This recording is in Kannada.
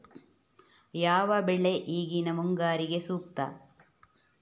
ಯಾವ ಬೆಳೆ ಈಗಿನ ಮುಂಗಾರಿಗೆ ಸೂಕ್ತ?